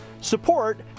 support